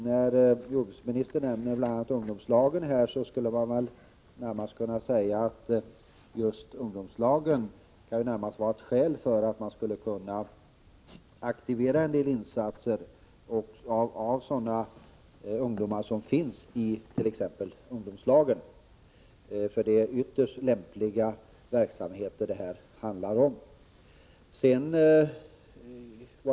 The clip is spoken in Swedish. Jordbruksministern nämnde bl.a. ungdomslagen, och man kan väl säga att det kan vara skäl att aktivera just ungdomarna i ungdomslagen för insatser i det här sammanhanget. Det är ytterst lämpliga verksamheter det handlar om.